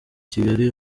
kigali